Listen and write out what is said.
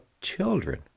children